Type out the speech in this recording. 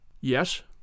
Yes